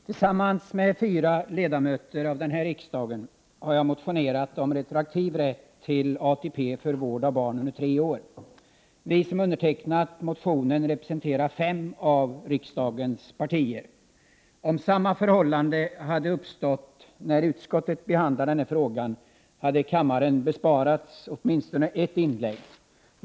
Herr talman! Tillsammans med fyra ledamöter av denna riksdag har jag motionerat om retroaktiv rätt till ATP för vård av barn under tre år. Vi som undertecknat motionen representerar fem av riksdagens partier. Om samma förhållande uppstått när utskottet behandlade denna fråga, hade kammaren besparats åtminstone ett inlägg.